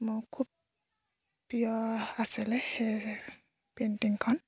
মোৰ খুব প্ৰিয় আছিলে সেই পেইণ্টিংখন